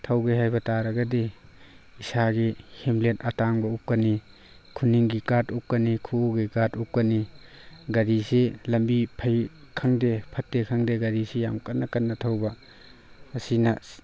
ꯊꯧꯒꯦ ꯍꯥꯏꯕ ꯇꯥꯔꯒꯗꯤ ꯏꯁꯥꯒꯤ ꯍꯦꯜꯃꯦꯠ ꯑꯇꯥꯡꯕ ꯎꯞꯀꯅꯤ ꯈꯨꯅꯤꯡꯒꯤ ꯒꯥꯔꯠ ꯎꯞꯀꯅꯤ ꯈꯨꯠꯎꯒꯤ ꯒꯥꯔꯠ ꯎꯞꯀꯅꯤ ꯒꯥꯔꯤꯁꯤ ꯂꯝꯕꯤ ꯐꯩ ꯈꯪꯗꯦ ꯐꯠꯇꯦ ꯈꯪꯗꯦ ꯒꯥꯔꯤꯁꯤ ꯌꯥꯝ ꯀꯟꯅ ꯀꯟꯅ ꯊꯧꯕ ꯑꯁꯤꯅ